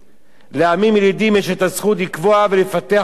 לעמים ילידים יש הזכות לקבוע ולפתח עדיפויות